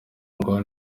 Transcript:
ngo